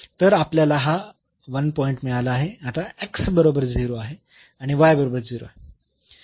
तर आपल्याला हा 1 पॉईंट मिळाला आहे आता बरोबर 0 आहे आणि y बरोबर 0 आहे